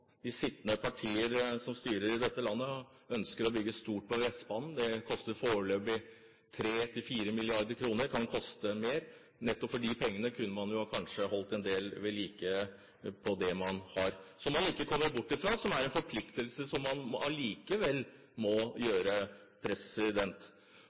de partier som styrer i dette landet, ønsker å bygge stort på Vestbanen. Det ser foreløpig ut til å koste 3–4 mrd. kr, men det kan koste mer. Nettopp for de pengene kunne man kanskje vedlikeholdt en del av det man har, som man ikke kommer bort fra, og som er en forpliktelse som man allikevel